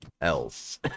else